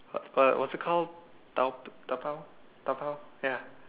what what's it called da~ dabao dabao ya